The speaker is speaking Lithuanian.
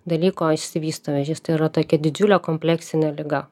dalyko išsivysto vėžys tai yra tokia didžiulė kompleksinė liga